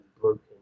broken